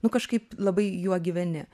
nu kažkaip labai juo gyveni